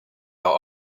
dot